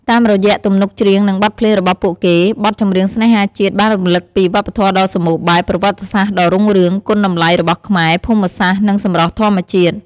តាមរយៈទំនុកច្រៀង និងបទភ្លេងរបស់ពួកគេ បទចម្រៀងស្នេហាជាតិបានរំឭកពី វប្បធម៌ដ៏សម្បូរបែប ប្រវត្តិសាស្ត្រដ៏រុងរឿង គុណតម្លៃរបស់ខ្មែរ ភូមិសាស្ត្រ និងសម្រស់ធម្មជាតិ។